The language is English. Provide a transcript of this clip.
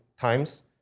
times